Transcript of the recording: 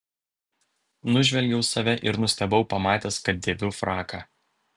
nužvelgiau save ir nustebau pamatęs kad dėviu fraką